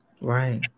right